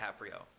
DiCaprio